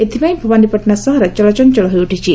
ଏଥିପାଇଁ ଭବାନୀପାଟଣା ସହର ଚଳଚଞ୍ଚଳ ହୋଇଉଠିଛି